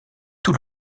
tout